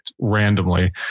randomly